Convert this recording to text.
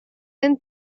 and